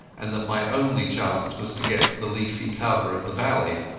and that my only chance was to get to the leafy cover of the valley.